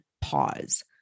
pause